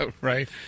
right